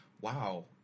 wow